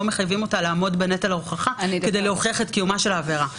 מחייבים אותה לעמוד בנטל ההוכחה כדי להוכיח את קיומה של העבירה.